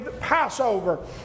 Passover